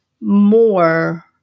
more